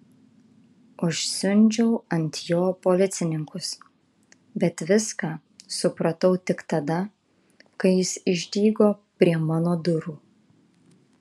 užsiundžiau ant jo policininkus bet viską supratau tik tada kai jis išdygo prie mano durų